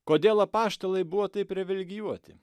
kodėl apaštalai buvo taip privilegijuoti